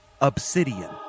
Obsidian